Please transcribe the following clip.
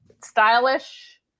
stylish